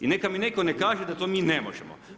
I neka mi netko ne kaže da to mi ne možemo.